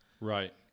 Right